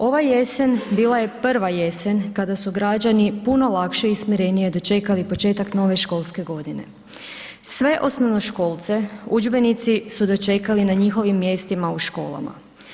Ova jesen bila je prva jesen kada su građani puno lakše i smirenije dočekali početak nove školske godine, sve osnovnoškolce udžbenici su dočekali na njihovim mjestima u školama.